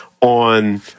on